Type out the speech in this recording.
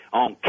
on